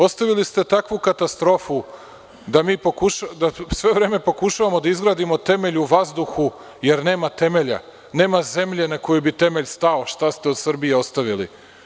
Ostavili ste takvu katastrofu da sve vreme pokušavamo da izgradimo temelj u vazduhu, jer nema temelja, nema zemlje na kojoj bi temelj stao, šta ste od Srbije ostavili.